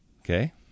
Okay